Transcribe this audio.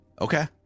Okay